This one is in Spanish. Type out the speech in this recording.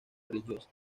religiosa